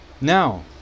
Now